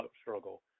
struggle